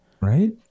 right